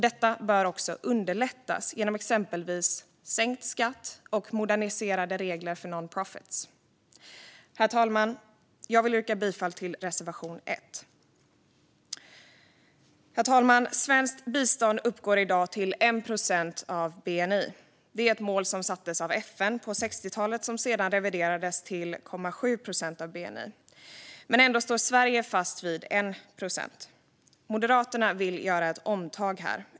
Detta bör också underlättas genom exempelvis sänkt skatt och moderniserade regler för non profit-verksamhet. Herr talman! Jag vill yrka bifall till reservation 1. Herr talman! Svenskt bistånd uppgår i dag till 1 procent av bni. Det är ett mål som sattes av FN på 60-talet, som sedan reviderades till 0,7 procent av bni. Men ändå står Sverige fast vid 1 procent. Moderaterna vill göra ett omtag här.